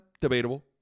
Debatable